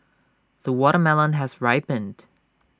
the watermelon has ripened